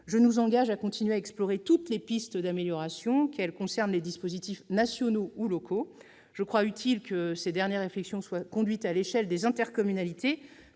je nous engage à continuer à explorer toutes les pistes d'amélioration, qu'elles concernent les dispositifs nationaux ou locaux. Je crois utile que ces dernières réflexions soient conduites à l'échelle des intercommunalités